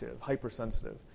hypersensitive